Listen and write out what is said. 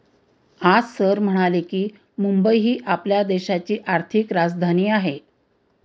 आज सर म्हणाले की, मुंबई ही आपल्या देशाची आर्थिक राजधानी आहे